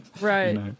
Right